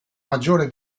maggiore